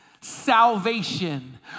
salvation